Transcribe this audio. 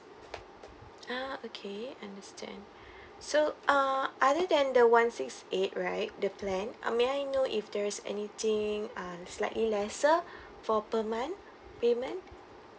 ah okay understand so uh other than the one six eight right the plan uh may I know if there is anything ah slightly lesser for per month payment